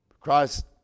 Christ